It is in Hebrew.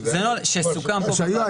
כן, זה נוהל שסוכם פה בוועדה.